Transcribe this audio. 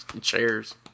chairs